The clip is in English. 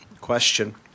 question